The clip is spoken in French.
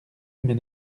mais